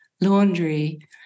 laundry